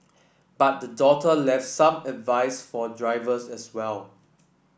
but the daughter left some advice for drivers as well